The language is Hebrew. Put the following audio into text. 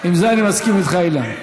בזה אני מסכים איתך, אילן.